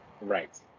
Right